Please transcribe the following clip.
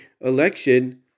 election